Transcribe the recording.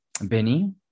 Benny